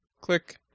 click